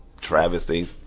travesty